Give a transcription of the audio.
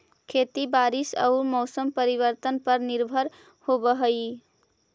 खेती बारिश आऊ मौसम परिवर्तन पर निर्भर होव हई